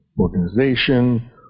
organization